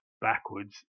backwards